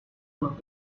los